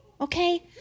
okay